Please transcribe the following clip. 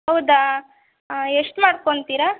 ಹೌದಾ ಎಷ್ಟು ಮಾಡ್ಕೊಂತೀರ